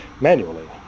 manually